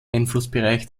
einflussbereich